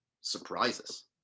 surprises